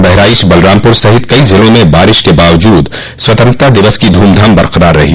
बहराइच बलरामपुर सहित कई जिलों में बारिश के बावजूद स्वतंत्रता दिवस की धूमधाम बरकरार रही